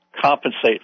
compensate